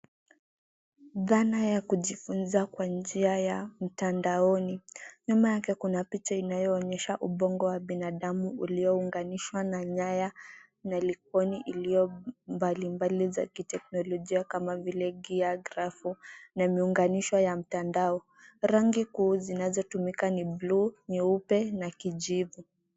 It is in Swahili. Dhana ya kujifunza kwa njia ya mtandaoni. Nyuma yake kuna picha inayoonyesha ubongo wa binadamu uliounganishwa na nyaya na ikoni mbalimbali za kiteknolojia kama vile gia, grafu na muunganisho wa mtandao. Rangi kuu zinazotumika ni bluu, nyeupe na kijivu.